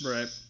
Right